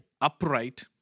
upright